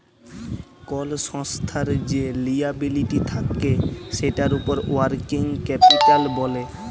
call সংস্থার যে liability থাক্যে সেটার উপর ওয়ার্কিং ক্যাপিটাল ব্যলে